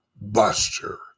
buster